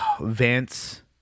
Vance